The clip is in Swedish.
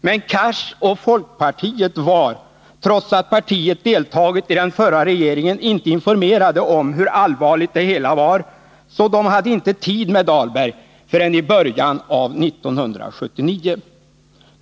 Men Hadar Cars och folkpartiet var, trots att folkpartiet deltagit i den förra regeringen, inte informerade om hur allvarligt det hela var, så de hade inte tid med Dahlberg förrän i början av 1979.